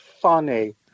funny